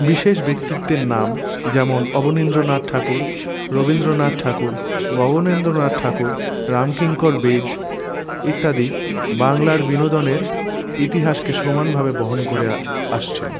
বিশেষ ব্যক্তিত্বের নাম যেমন অবনীন্দ্রনাথ ঠাকুর রবীন্দ্রনাথ ঠাকুর গগনেন্দ্রনাথ ঠাকুর রামকিঙ্কর বেইজ ইত্যাদি বাংলার বিনোদনের ইতিহাসকে সমানভাবে বহন করে আসছেন